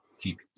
keep